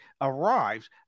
arrives